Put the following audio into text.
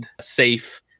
safe